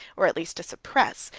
or, at least, to suppress,